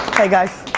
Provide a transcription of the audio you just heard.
hey guys.